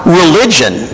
religion